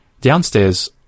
Downstairs